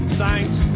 Thanks